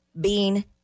bean